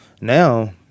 now